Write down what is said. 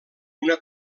una